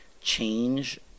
change